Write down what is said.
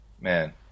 man